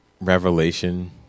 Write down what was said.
Revelation